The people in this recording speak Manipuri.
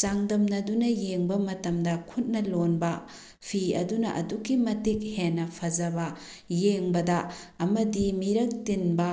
ꯆꯥꯡꯗꯝꯅꯗꯨꯅ ꯌꯦꯡꯕ ꯃꯇꯝꯗ ꯈꯨꯠꯅ ꯂꯣꯟꯕ ꯐꯤ ꯑꯗꯨꯅ ꯑꯗꯨꯛꯀꯤ ꯃꯇꯤꯛ ꯍꯦꯟꯅ ꯐꯖꯕ ꯌꯦꯡꯕꯗ ꯑꯃꯗꯤ ꯃꯤꯔꯛ ꯇꯤꯟꯕ